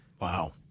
Wow